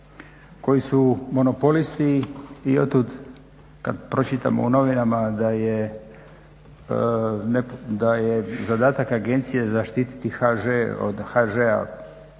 koji su monopolisti i od tuda kada pročitamo u novinama da je zadatak agencije zaštititi HŽ od HŽ-a